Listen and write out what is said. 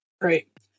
Great